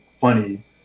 funny